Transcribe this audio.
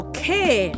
Okay